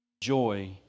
joy